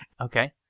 Okay